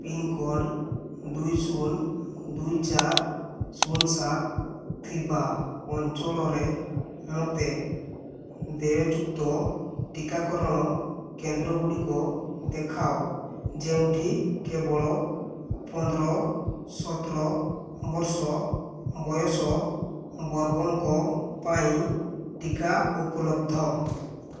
pincode ଦୁଇ ଶୂନ ଦୁଇ ଚାରି ଶୂନ ସାତ ଥିବା ଅଞ୍ଚଳରେ ମୋତେ ଦେୟଯୁକ୍ତ ଟିକାକରଣ କେନ୍ଦ୍ରଗୁଡ଼ିକ ଦେଖାଅ ଯେଉଁଠି କେବଳ ପନ୍ଦର ସତର ବର୍ଷ ବୟସ ବର୍ଗଙ୍କ ପାଇଁ ଟିକା ଉପଲବ୍ଧ